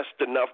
enough